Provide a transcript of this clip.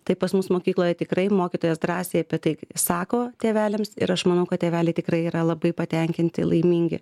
tai pas mus mokykloje tikrai mokytojos drąsiai apie tai sako tėveliams ir aš manau kad tėveliai tikrai yra labai patenkinti laimingi